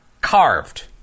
carved